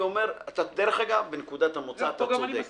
דרך אגב, בנקודת המוצא אתה צודק.